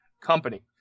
Company